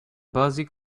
busy